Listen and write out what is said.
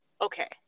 Okay